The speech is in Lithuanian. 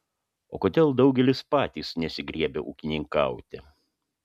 o kodėl daugelis patys nesigriebia ūkininkauti